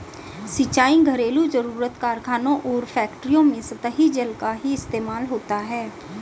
सिंचाई, घरेलु जरुरत, कारखानों और फैक्ट्रियों में सतही जल का ही इस्तेमाल होता है